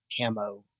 camo